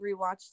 rewatched